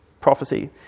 prophecy